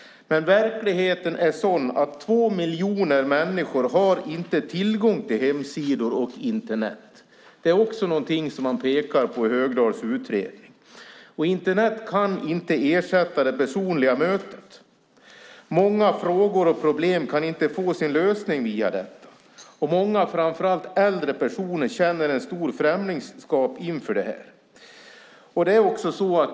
Men verkligheten är sådan att två miljoner människor inte har tillgång till hemsidor och Internet. Också detta pekas det på i Högdahls utredning. Internet kan inte ersätta det personliga mötet. Många frågor och problem kan inte få sin lösning via detta, och många - framför allt äldre personer - känner ett stort främlingskap inför det här.